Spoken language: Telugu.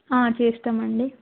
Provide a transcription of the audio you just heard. చేస్తామండి